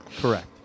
correct